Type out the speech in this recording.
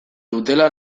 dutela